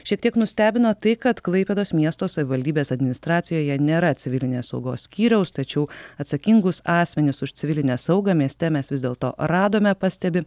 šiek tiek nustebino tai kad klaipėdos miesto savivaldybės administracijoje nėra civilinės saugos skyriaus tačiau atsakingus asmenis už civilinę saugą mieste mes vis dėlto radome pastebi